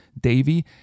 Davy